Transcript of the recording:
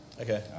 Okay